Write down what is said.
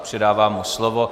Předávám mu slovo.